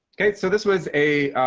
okay, so this was a